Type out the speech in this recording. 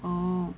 oh